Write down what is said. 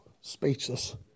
speechless